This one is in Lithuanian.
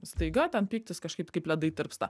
staiga ten pyktis kažkaip kaip ledai tirpsta